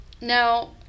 Now